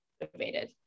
motivated